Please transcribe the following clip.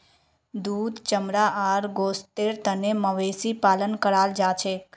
दूध चमड़ा आर गोस्तेर तने मवेशी पालन कराल जाछेक